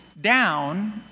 down